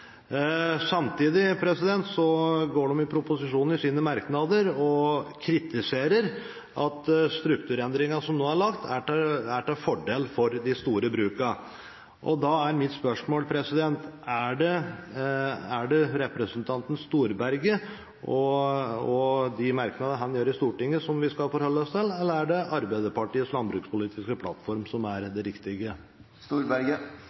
Samtidig kritiserer man i innstillingens merknader at strukturendringen som nå er lagt, er til fordel for de store brukene. Mitt spørsmål er: Er det representanten Storberget – og de merknader han kommer med i Stortinget – som vi skal forholde oss til, eller er det Arbeiderpartiets landbrukspolitiske plattform som er